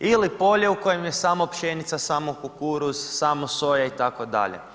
Ili polje u kojem je samo pšenica, samo kukuruz, samo soja, itd.